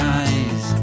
eyes